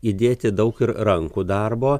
įdėti daug ir rankų darbo